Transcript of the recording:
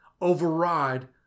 override